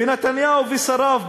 ונתניהו ושריו,